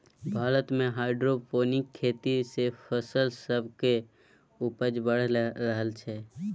भारत मे हाइड्रोपोनिक खेती सँ फसल सब केर उपजा बढ़ि रहल छै